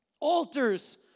Altars